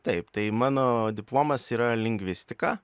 taip tai mano diplomas yra lingvistika